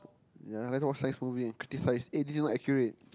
ya I like to watch science movie and criticise eh this is not accurate